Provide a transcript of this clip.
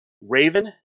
Raven